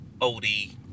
oldie